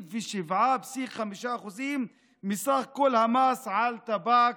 27.5% מסך כל המס על טבק,